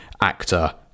actor